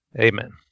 Amen